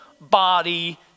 body